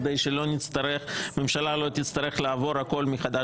כדי שהממשלה לא תצטרך לעבור הכול מחדש.